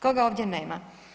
Koga ovdje nema?